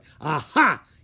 Aha